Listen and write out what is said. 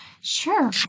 Sure